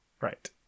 Right